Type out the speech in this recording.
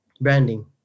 branding